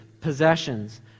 possessions